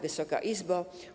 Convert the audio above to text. Wysoka Izbo!